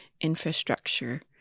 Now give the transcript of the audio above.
infrastructure